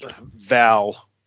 Val